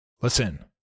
Listen